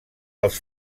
els